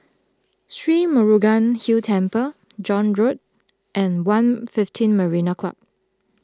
Sri Murugan Hill Temple John Road and one fifteen Marina Club